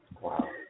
Wow